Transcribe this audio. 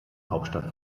hauptstadt